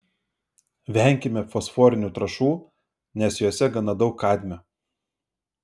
venkime fosforinių trąšų nes jose gana daug kadmio